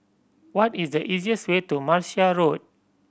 what is the easiest way to Martia Road